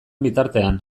bitartean